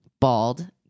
bald